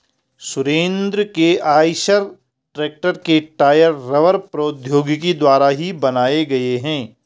सुरेंद्र के Eicher tractor के tyre रबड़ प्रौद्योगिकी द्वारा ही बनाए गए हैं